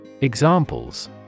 Examples